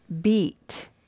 beat